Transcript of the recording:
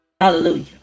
Hallelujah